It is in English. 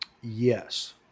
Yes